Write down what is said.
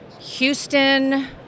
Houston